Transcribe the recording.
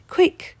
Quick